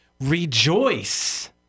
Rejoice